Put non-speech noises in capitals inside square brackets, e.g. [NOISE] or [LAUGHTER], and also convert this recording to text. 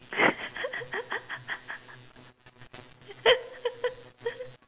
[LAUGHS]